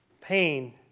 pain